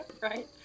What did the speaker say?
Right